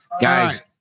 Guys